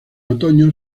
otoño